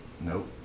nope